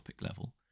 level